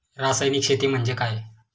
रासायनिक शेती म्हणजे काय?